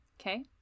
Okay